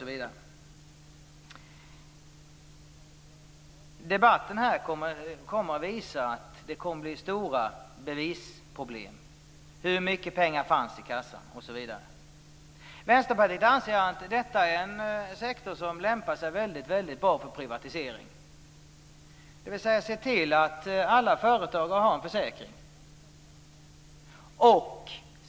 Debatten kommer att visa att det blir stora bevisproblem när det gäller t.ex. hur mycket pengar det fanns i kassan. Vänsterpartiet anser att detta är en sektor som lämpar sig mycket väl för privatisering. Se till att alla företag har en försäkring!